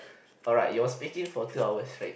alright you're speaking for two hour straight